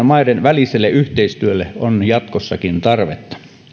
maiden väliselle yhteistyölle on jatkossakin tarvetta